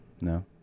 no